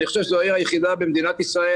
אני חושב שזו העיר היחידה במדינת ישראל